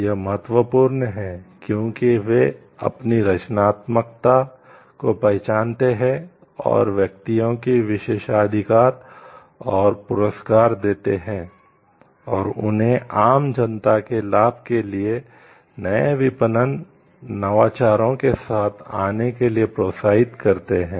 यह महत्वपूर्ण है क्योंकि वे अपनी रचनात्मकता को पहचानते हैं और व्यक्तियों को विशेषाधिकार और पुरस्कार देते हैं और उन्हें आम जनता के लाभ के लिए नए विपणन नवाचारों के साथ आने के लिए प्रोत्साहित करते हैं